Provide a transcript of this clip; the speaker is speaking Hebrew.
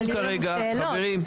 אבל יהיו לנו שאלות.